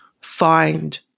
find